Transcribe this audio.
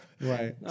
Right